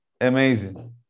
amazing